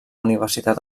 universitat